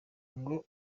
ngo